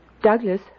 Douglas